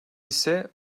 ise